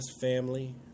family